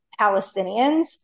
Palestinians